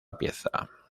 pieza